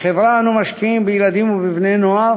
כחברה אנו משקיעים בילדים ובבני-נוער